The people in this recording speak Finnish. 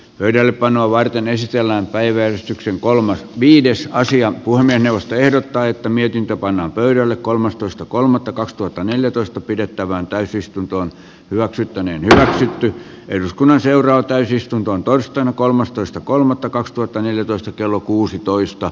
pöydällepanoa varten esitellään päiväjärjestyksen kolmas viides sija kun minusta ehdottaa että mietintö pannaan pöydälle kolmastoista kolmatta kaksituhattaneljätoista pidettävään täysistunto hyväksyttäneen ärsytti eduskunnan seuraa täysistuntoon torstaina kolmastoista kolmatta kaksituhattaneljätoista kello kuusitoista